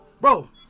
Bro